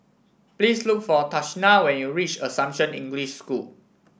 please look for Tashina when you reach Assumption English School